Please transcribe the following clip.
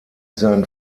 sein